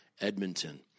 Edmonton